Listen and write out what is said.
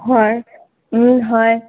হয় হয়